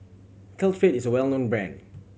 Caltrate is a well known brand